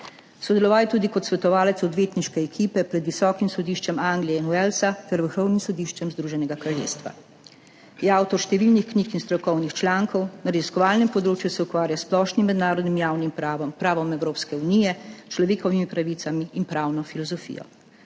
Sodeloval je tudi kot svetovalec odvetniške ekipe pred visokim sodiščem Anglije in Walesa ter vrhovnim sodiščem Združenega kraljestva. Je avtor številnih knjig in strokovnih člankov, na raziskovalnem področju se ukvarja s splošnim mednarodnim javnim pravom, pravom Evropske unije, človekovimi pravicami in pravno filozofijo.